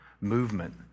movement